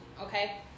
okay